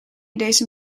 deze